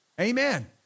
Amen